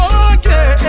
okay